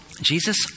Jesus